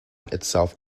itself